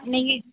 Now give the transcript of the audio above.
நீங்கள்